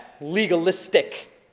legalistic